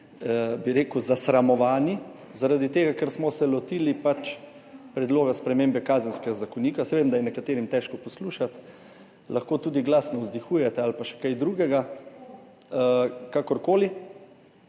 bi rekel, zasramovani zaradi tega, ker smo se pač lotili predloga spremembe Kazenskega zakonika …/ oglašanje iz dvorane/ Saj vem, da je nekaterim težko poslušati, lahko tudi glasno vzdihujete ali pa še kaj drugega. Kakorkoli,